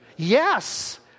Yes